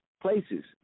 places